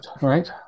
right